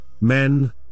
men